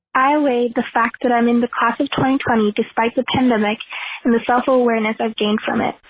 i weigh the fact that i'm in the class of two thousand and twenty despite the pandemic and the self awareness i've gained from it.